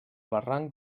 barranc